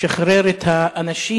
שחרר את האנשים,